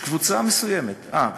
יש קבוצה מסוימת, אה,